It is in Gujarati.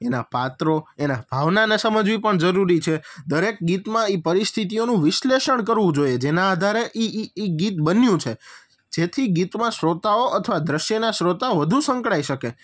એના પાત્રો એના ભાવનાને સમજવી પણ જરૂરી છે દરેક ગીતમાં એ પરિસ્થિતિઓનું વિશ્લેષણ કરવું જોઈએ જેના આધારે એ એ એ ગીત બન્યું છે જેથી ગીતમાં શ્રોતાઓ અથવા દૃશ્યના શ્રોતાઓ વધુ સંકળાઈ શકે